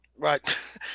Right